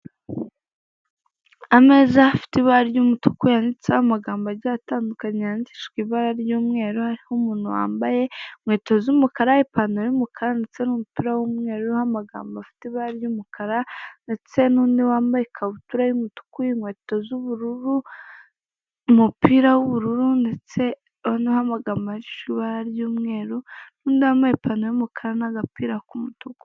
Ameza afite ibara ry'umutuku, yanditseho amagambo agiye atandukanye yandishijwe ibara ry'umweru hariho muntu wambaye inkweto z'umukara, ipantaro y'umukara ndetse n'umupira w'umweru uriho amagambo afite ibara ry'umukara ndetse n'undi wambaye ikabutura y'umutuku inkweto z'ubururu, umupira w'ubururu ndetse ndabonaho amagambo yandikishijwe ibara ry'umweru n'undi wambaye ipantaro y'umukara n'agapira k'umutuku.